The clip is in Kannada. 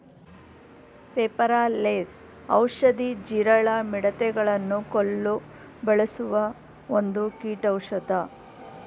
ಪೆಪಾರ ಲೆಸ್ ಔಷಧಿ, ಜೀರಳ, ಮಿಡತೆ ಗಳನ್ನು ಕೊಲ್ಲು ಬಳಸುವ ಒಂದು ಕೀಟೌಷದ